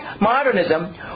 modernism